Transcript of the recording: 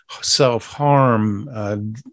self-harm